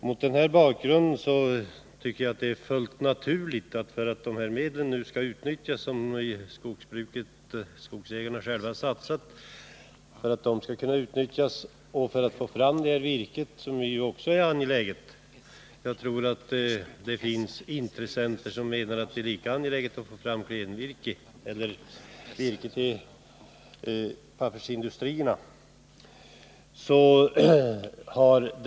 Mot den bakgrunden tycker jag att det är fullt naturligt att förlänga bidraget så att de medel skogsägarna själva satsat skall kunna utnyttjas och virket kommer fram. Jag tror att det finns intressenter som menar att det är angeläget att få fram virke till pappersindustrin.